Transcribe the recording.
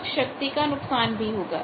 कुछ शक्ति का नुकसान भी होगा